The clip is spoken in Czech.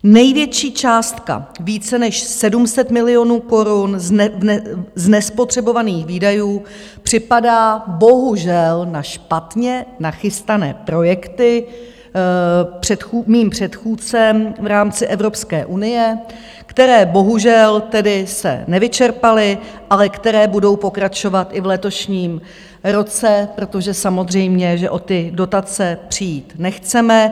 Největší částka, více než 700 milionů korun z nespotřebovaných výdajů, připadá bohužel na špatně nachystané projekty mým předchůdcem v rámci Evropské unie, které bohužel tedy se nevyčerpaly, ale které budou pokračovat i v letošním roce, protože samozřejmě že o ty dotace přijít nechceme.